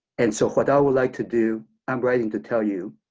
and so what i would like to do, i'm writing to tell you,